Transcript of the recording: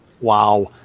Wow